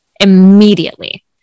immediately